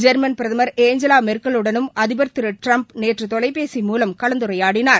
ஜோமன் பிரதமர் Angela Merkel வுடனும் அதிபர் திரு ட்ரம்ப் நேற்று தொலைபேசி மூலம் கலந்துரையாடினார்